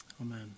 Amen